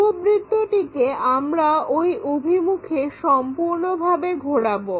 উপবৃত্তটিকে আমরা ওই অভিমুখে সম্পূর্ণভাবে ঘোরাবো